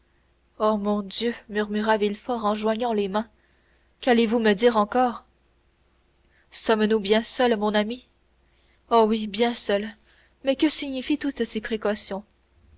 oh mon dieu murmura villefort en joignant les mains qu'allez-vous me dire encore sommes-nous bien seuls mon ami oh oui bien seuls mais que signifient toutes ces précautions